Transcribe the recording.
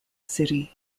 city